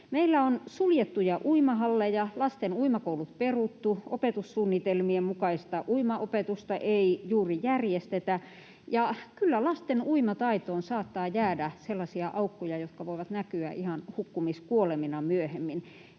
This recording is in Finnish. meillä on suljettuja uimahalleja, lasten uimakoulut peruttu, opetussuunnitelmien mukaista uimaopetusta ei juuri järjestetä. Kyllä lasten uimataitoon saattaa jäädä sellaisia aukkoja, jotka voivat näkyä ihan hukkumiskuolemina myöhemmin.